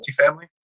multifamily